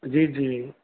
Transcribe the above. ਜੀ ਜੀ